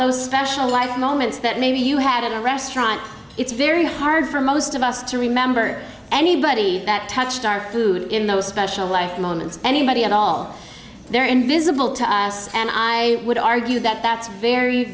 those special life moments that maybe you had in a restaurant it's very hard for most of us to remember anybody that touched our food in those special life moments anybody at all they're invisible to us and i would argue that that's very